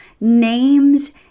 names